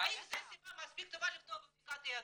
האם זו סיבה מספיק טובה לפתוח בבדיקת יהדות.